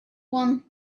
won